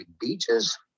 beaches